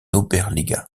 oberliga